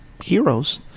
heroes